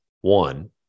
one